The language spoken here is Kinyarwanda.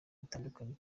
bitandukanye